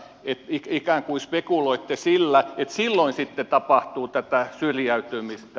ikään kuin spekuloitte sillä että silloin sitten tapahtuu tätä syrjäytymistä